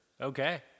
Okay